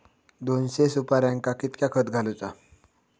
दोनशे सुपार्यांका कितक्या खत घालूचा?